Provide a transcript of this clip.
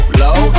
low